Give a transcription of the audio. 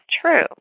true